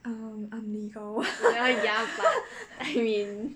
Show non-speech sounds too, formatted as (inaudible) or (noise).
um I'm legal (laughs)